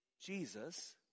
Jesus